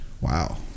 Wow